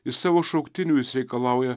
iš savo šauktinių jis reikalauja